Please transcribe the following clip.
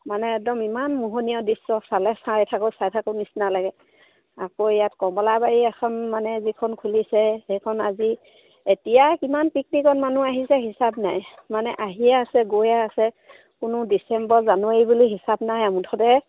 মানে একদম ইমান মোহনীয়া দৃশ্য চালে চাই থাকোঁ চাই থাকোঁ নিচিনা লাগে আকৌ ইয়াত কমলাবাৰী এখন মানে যিখন খুলিছে সেইখন আজি এতিয়া কিমান পিকনিকত মানুহ আহিছে হিচাপ নাই মানে আহিয়ে আছে গৈয়ে আছে কোনো ডিচেম্বৰ জানুৱাৰী বুলি হিচাপ নাই আৰু মুঠতে